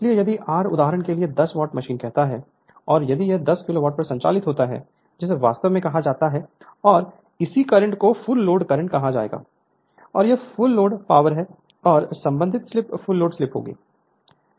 इसलिए यदि r उदाहरण के लिए 10 वॉट मशीन कहता है और यदि यह 10 किलोवाट पर संचालित होता है जिसे वास्तव में कहा जाता है और इसी करंट को फुल लोड करंट कहा जाएगा और यह फुल लोड पावर है और संबंधित स्लिप फुल लोड स्लिप होगी